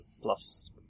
Plus